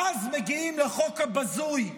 ואז מגיעים לחוק הבזוי,